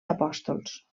apòstols